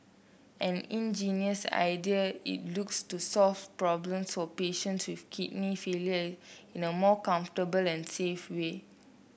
an ingenious idea it looks to solve problems for patient with kidney failure in a more comfortable and safe way